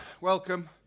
Welcome